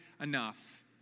enough